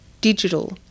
digital